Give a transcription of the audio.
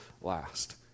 last